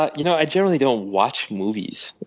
but you know i generally don't watch movies.